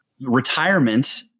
retirement